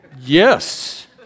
yes